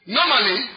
Normally